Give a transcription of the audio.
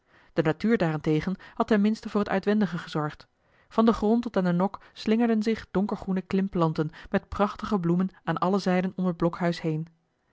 de natuur daarentegen had ten minste voor het uitwendige gezorgd van den grond tot aan den nok slingerden zich donkergroene klimplanten met prachtige bloemen aan alle zijden om het blokhuis heen